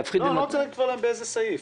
אני לא רוצה לקבוע להם באיזה סעיף.